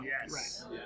Yes